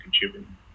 contributing